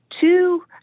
Two